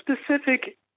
specific